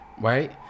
Right